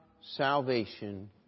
salvation